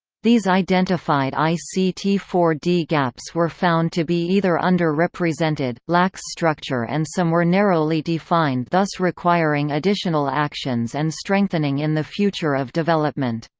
these identified i c t four d gaps were found to be either under-represented, lacks structure and some were narrowly-defined thus requiring additional actions and strengthening in the future of development.